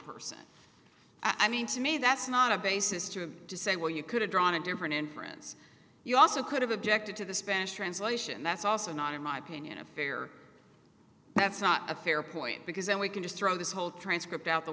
person i mean to me that's not a basis to have to say well you could have drawn a different inference you also could have objected to the spanish translation that's also not in my opinion a fair that's not a fair point because then we can just throw this whole transcript out the